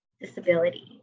disability